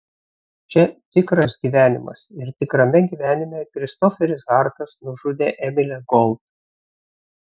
čia tikras gyvenimas ir tikrame gyvenime kristoferis hartas nužudė emilę gold